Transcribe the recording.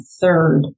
third